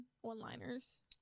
one-liners